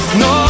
no